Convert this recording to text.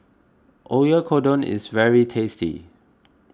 Oyakodon is very tasty